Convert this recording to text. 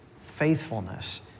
faithfulness